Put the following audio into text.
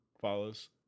follows